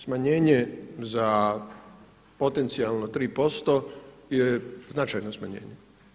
Smanjenje za potencijalno 3% je značajno smanjenje.